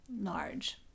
large